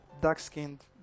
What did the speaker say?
dark-skinned